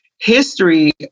history